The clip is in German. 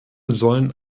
sollen